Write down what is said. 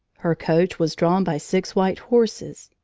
her coach was drawn by six white horses.